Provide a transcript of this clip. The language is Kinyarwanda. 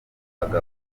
ahubwo